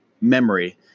memory